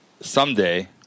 someday